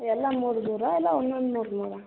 ಎಲ್ಲ ಮೂರು ಮೂರಾ ಇಲ್ಲ ಒಂದೊಂದು ಮೂರು ಮೂರಾ